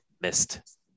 missed